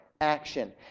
action